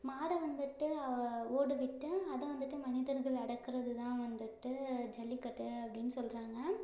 மாடை வந்துட்டு ஓடவிட்டு அதை வந்துட்டு மனிதர்கள் அடக்குறதுதான் வந்துட்டு ஜல்லிக்கட்டு அப்படினு சொல்கிறாங்க